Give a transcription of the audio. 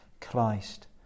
Christ